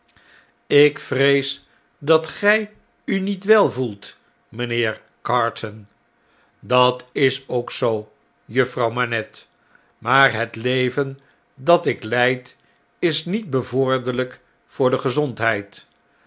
ik vrees dat gg u niet wel gevoelt mjjnheer carton dat is ook zoo juffrouw manette maar het leven dat ik leid is niet bevorderhj'k voor de gezondheid